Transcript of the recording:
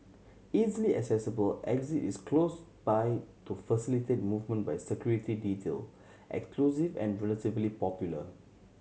easily accessible exit is close by to facilitate movement by security detail exclusive and relatively popular